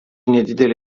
nedidelė